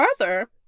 further